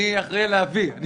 אני אחראי על להביא.